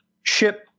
ship